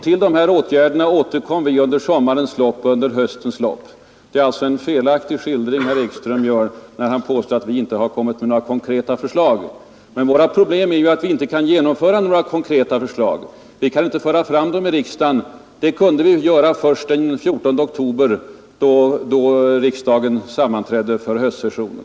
Till dessa åtgärder återkom jag vid upprepade tillfällen under sommarens och höstens lopp. Det är alltså en felaktig skildring herr Ekström ger, när han påstår att vi inte har fört fram några konkreta förslag. Men vårt problem är ju att vi inte kan genomföra dem. Vi kan inte under sommaren föra fram dem i riksdagen. Det kunde vi göra först den 14 oktober, då riksdagen sammanträdde för höstsessionen.